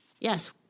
Yes